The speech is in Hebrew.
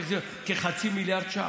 כחצי מיליארד שקל.